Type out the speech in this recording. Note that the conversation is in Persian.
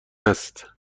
است